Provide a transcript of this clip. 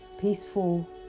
peaceful